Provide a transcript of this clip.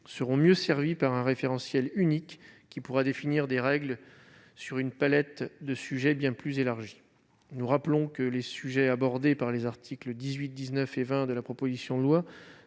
seront mieux servies par un référentiel unique, qui pourra définir des règles sur une palette de sujets bien plus large. Nous rappelons que les sujets visés dans les articles 18, 19 et 20 de la proposition de loi